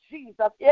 Jesus